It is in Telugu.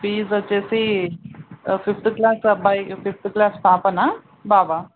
ఫీజ్ వచ్చేసి ఫిఫ్త్ క్లాస్ అబ్బాయి ఫిఫ్త్ క్లాస్ పాపనా బాబా